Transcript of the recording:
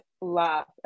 laugh